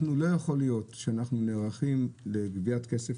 לא יכול להיות שאנחנו נערכים לגביית כסף